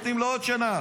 נותנים לו עוד שנה.